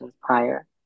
prior